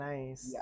Nice